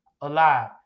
alive